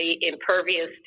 impervious